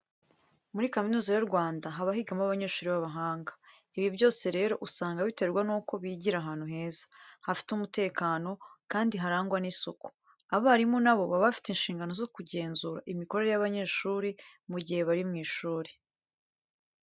Muri Kaminuza y' U Rwanda haba higamo abanyeshuri b'abahanga. Ibi byose rero usanga biterwa nuko bigira ahantu heza, hafite umutekano kandi harangwa n'isuku. Abarimu na bo baba bafite inshingano zo kugenzura imikorere y'abanyeshuri mu gihe bari mu ishuri.